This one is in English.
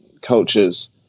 cultures